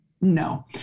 No